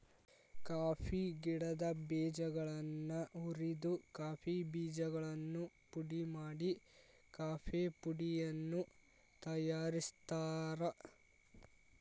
coffee ಗಿಡದ ಬೇಜಗಳನ್ನ ಹುರಿದ ಕಾಫಿ ಬೇಜಗಳನ್ನು ಪುಡಿ ಮಾಡಿ ಕಾಫೇಪುಡಿಯನ್ನು ತಯಾರ್ಸಾತಾರ